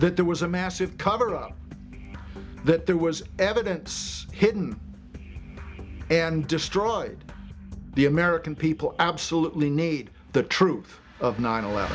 that there was a massive cover up that there was evidence hidden and destroyed the american people absolutely need the truth of nine eleven